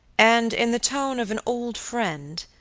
and in the tone of an old friend,